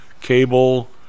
cable